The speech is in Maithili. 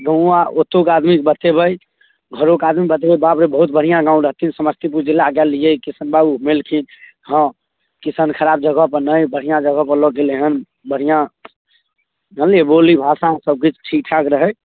गउआँ ओतौके आदमीके बतेबै घरोके आदमीके बतेबै बाप रे बहुत बढ़िआँ गाम रहथिन समस्तीपुर जिला गेलिए किशन बाबू घुमेलखिन हँ किशन खराब जगहपर नहि बढ़िआँ जगहपर लऽ गेलै हँ बढ़िआँ जानलिए बोली भाषा सबकिछु ठीक ठाक रहै